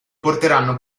porteranno